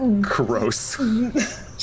Gross